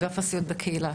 אגף הסיעוד בקהילה,